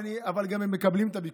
אבל הם גם מקבלים את הביקורת.